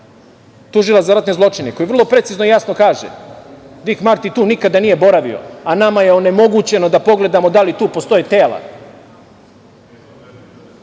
tužilac za ratne zločine, koji vrlo precizno i jasno kaže – Dik Marti tu nikada nije boravio, a nama je onemogućeno da pogledamo da li tu postoje